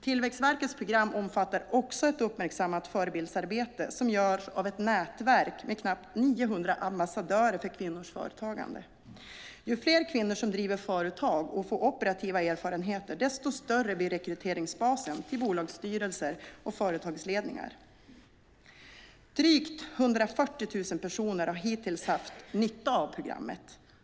Tillväxtverkets program omfattar också ett uppmärksammat förebildsarbete som görs av ett nätverk med knappt 900 ambassadörer för kvinnors företagande. Ju fler kvinnor som driver företag och får operativa erfarenheter, desto större blir rekryteringsbasen till bolagsstyrelser och företagsledningar. Drygt 140 000 personer har hittills haft nytta av programmet.